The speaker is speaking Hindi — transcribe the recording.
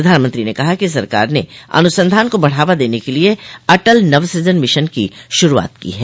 प्रधानमंत्री ने कहा कि सरकार ने अनुसंधान को बढ़ावा देने के लिए अटल नवसृजन मिशन की शुरूआत की ह